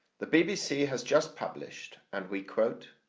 the bbc has just published and we quote